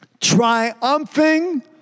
triumphing